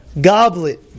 Goblet